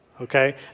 okay